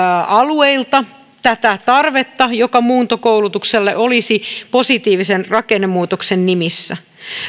alueilta tätä tarvetta joka muuntokoulutukselle olisi positiivisen rakennemuutoksen nimissä